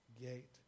gate